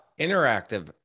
interactive